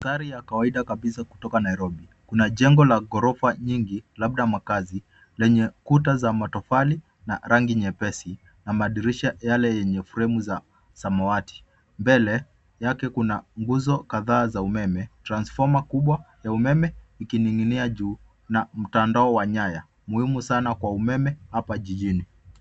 Mandhari ya kawaida kabisa kutoka Nairobi. Kuna jengo la ghorofa nyingi labda makazi lenye kuta za matofali na rangi nyepesi na madirisha yale yenye fremu za samawati. Mbele yake kuna nguzo kadhaa za umeme transfoma kubwa ya umeme ikining'inia juu na mtandao wa nyaya muhimu sana kwa umeme hapa jijini.